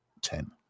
ten